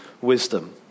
wisdom